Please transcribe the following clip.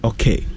Okay